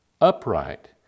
upright